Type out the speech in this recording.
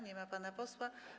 Nie ma pana posła.